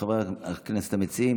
חברי הכנסת המציעים,